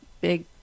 big